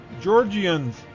Georgians